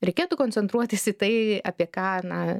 reikėtų koncentruotis į tai apie ką na